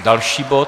Další bod?